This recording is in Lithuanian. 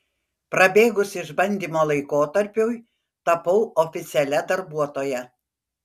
prabėgus išbandymo laikotarpiui tapau oficialia darbuotoja